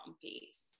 piece